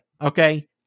Okay